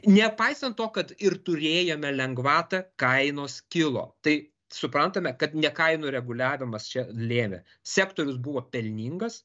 nepaisant to kad ir turėjome lengvatą kainos kilo tai suprantame kad ne kainų reguliavimas čia lėmė sektorius buvo pelningas